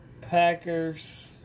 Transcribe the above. Packers